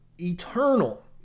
eternal